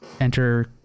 enter